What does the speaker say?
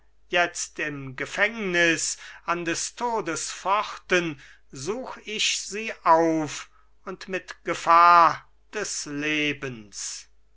jetzt im gefängnis an des todes pforten such ich sie auf und mit gefahr des lebens